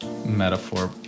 metaphor